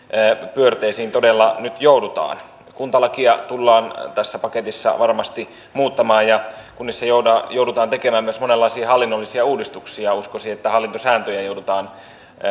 pyörteisiin todella nyt joudutaan kuntalakia tullaan tässä paketissa varmasti muuttamaan ja kunnissa joudutaan joudutaan tekemään myös monenlaisia hallinnollisia uudistuksia uskoisin että hallintosääntöjä joudutaan